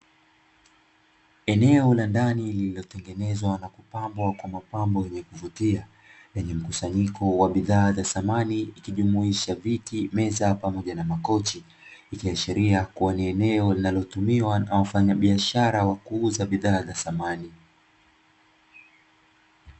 Eneo la ndani lililotengenezwa na kupambwa kwa mapambo yenye kuvutia, yenye mkusanyiko wa bidhaa za samani, ikijumuisha viti, meza pamoja na makochi. Ikiashiria kuwa ni eneo linalotumiwa na wafanyabiashara wa kuuza bidhaa za samani.